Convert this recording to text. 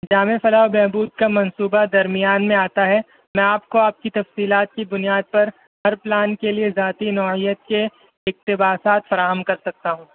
جامع فلاح و بہبود کا منصوبہ درمیان میں آتا ہے میں آپ کو آپ کی تفصیلات کی بنیاد پر ہر پلان کے لیے ذاتی نوعیت کے اقتباسات فراہم کر سکتا ہوں